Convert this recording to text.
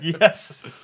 yes